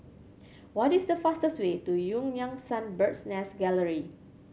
what is the fastest way to Eu Yan Sang Bird's Nest Gallery